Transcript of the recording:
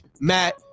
Matt